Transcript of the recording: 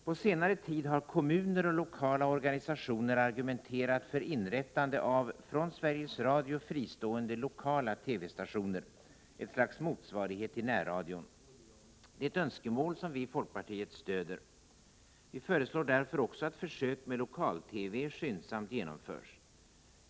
På senare tid har kommuner och lokala organisationer argumenterat för inrättande av från Sveriges Radio fristående lokala TV-stationer — ett slags motsvarighet till närradion. Det är ett önskemål som vi i folkpartiet stöder. Vi föreslår därför också att försök med lokal-TV skyndsamt genomförs.